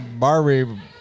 barry